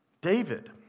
David